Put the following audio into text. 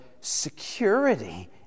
security